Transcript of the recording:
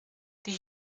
die